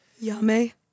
Yummy